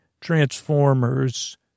Transformers